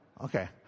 okay